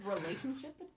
Relationship